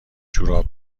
جوراب